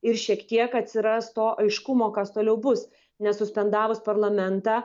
ir šiek tiek atsiras to aiškumo kas toliau bus nes suspendavus parlamentą